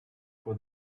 for